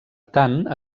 tant